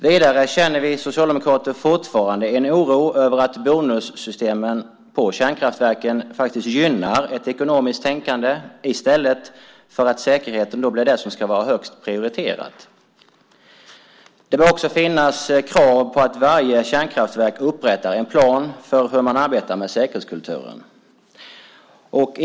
Vidare känner vi socialdemokrater fortfarande en oro över att bonussystemen gynnar ett ekonomiskt tänkande i stället för att säkerheten är det som är högst prioriterat. Det bör också finnas krav på att varje kärnkraftverk upprättar en plan för hur man arbetar med säkerhetskulturen.